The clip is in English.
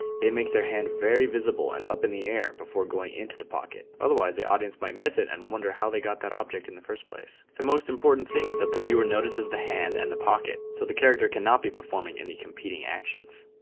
they make their hand very visible and up in the air before going into the pocket. otherwise the audience might miss it and wonder how they got that object in the first place. the most important thing is that the viewer notices the hand and the pocket so the character cannot be performing any competing actions.